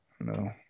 No